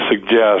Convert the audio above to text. suggest